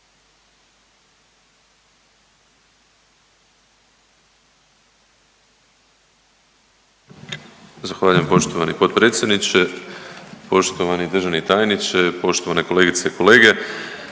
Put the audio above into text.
Zahvaljujem poštovani potpredsjedniče. Poštovani državni tajniče, poštovane kolegice i kolege,